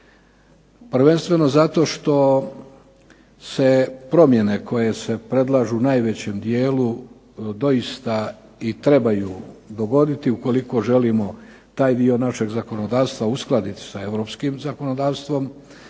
prvenstveno zato što se promjene koje se predlažu u najvećem dijelu doista i trebaju dogoditi ukoliko želimo taj dio našeg zakonodavstva uskladiti sa europskim zakonodavstvom